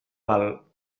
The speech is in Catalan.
val